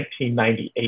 1998